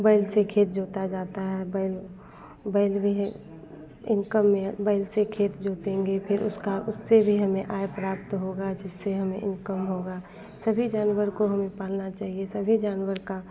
बैल से खेत जोता है बैल बैल भी है इनकम में बैल से खेत जोतेंगे फ़िर उसका उससे भी हमें आय प्राप्त होगा जिससे हमें इनकम होगा सभी जानवर को हमें पालना चाहिए सभी जानवर का